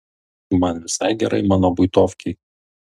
man visai gerai mano buitovkėj